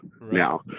now